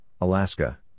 Alaska